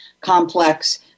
complex